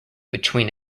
between